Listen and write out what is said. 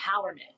empowerment